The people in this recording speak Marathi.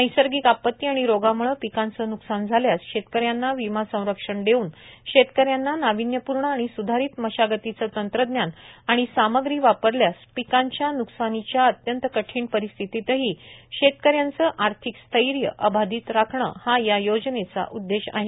नैसर्गिक आपत्ती आणि रोगाम्ळे पिकांचं न्कसान झाल्यास शेतकऱ्यांना विमा संरक्षण देऊन शेतकऱ्यांना नाविन्यपूर्ण आणि स्धारित मशागतीचे तंत्रज्ञान आणि सामग्री वापरल्यास पिकांच्या नुकसानीच्या अत्यंत कठीण परिस्थितीतही शेतकऱ्यांचे आर्थिक स्थैर्य अबाधित राखणेए या योजनेचा उद्देश आहे